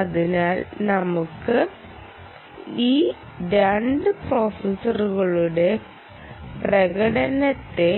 അതിനാൽ നമുക്ക് ഈ രണ്ട് പ്രോസസ്സറുകളുടെ പ്രകടനത്തെ